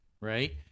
right